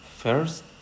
First